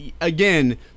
again